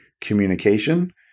communication